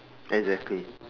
exactly